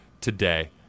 today